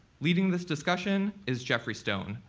leading this discussion is geoffrey stone,